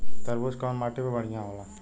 तरबूज कउन माटी पर बढ़ीया होला?